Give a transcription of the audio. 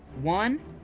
One